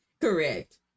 correct